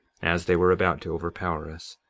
as they were about to overpower us.